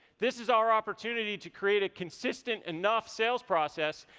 this is our opportunity to create a consistent enough sales process,